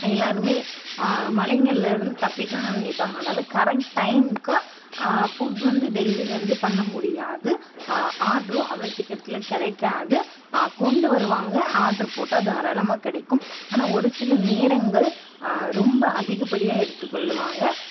எல்லாேருமே மழைங்கள்லருந்து தப்பிக்கணும்தான் நினைப்பாங்க அதனால கரெக்ட் டைமுக்கு ஃபுட் வந்து டெலிவரி வந்து பண்ண முடியாது ஆட்ரும் அவ்வளோ சீக்கிரத்தில் கிடைக்காது கொண்டு வருவாங்க ஆட்ரு போட்டால் தாராளமாக கிடைக்கும் ஆனால் ஒரு சில நேரங்கள் ரொம்ப அதிகப்படியாக எடுத்துக்கொள்ளுவாங்க